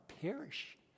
perish